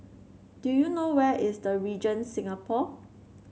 do you know where is The Regent Singapore